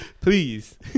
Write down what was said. Please